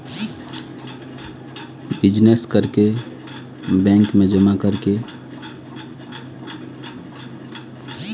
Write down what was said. मोर पैसा ला मैं कैसे कैसे निवेश कर सकत हो?